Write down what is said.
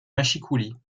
mâchicoulis